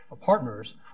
partners